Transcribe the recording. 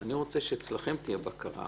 אני רוצה שאצלכם תהיה בקרה.